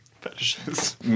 fetishes